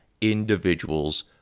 Individuals